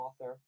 author